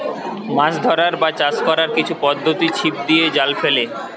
মাছ ধরার বা চাষ কোরার কিছু পদ্ধোতি ছিপ দিয়ে, জাল ফেলে